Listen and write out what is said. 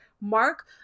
mark